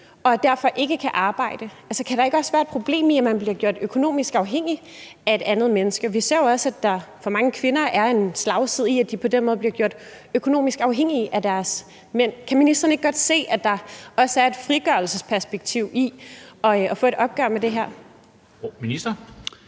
og derfor ikke kan arbejde, kan der så ikke være et problem i, at man bliver gjort økonomisk afhængig af et andet menneske? Vi ser jo også, at der for mange kvinder er en slagside i, at de på den måde bliver gjort økonomisk afhængige af deres mænd. Kan ministeren ikke godt se, at der også er et frigørelsespektiv i at få et opgør med det her? Kl.